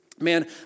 man